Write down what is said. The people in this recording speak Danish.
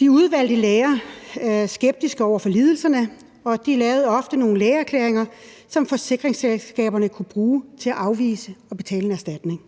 De udvalgte læger var skeptiske over for lidelserne, og de lavede ofte nogle lægeerklæringer, som forsikringsselskaberne kunne bruge til at afvise at betale erstatning.